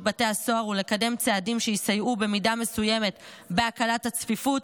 בתי הסוהר ולקדם צעדים שיסייעו במידה מסוימת בהקלת הצפיפות,